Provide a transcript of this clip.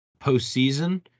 postseason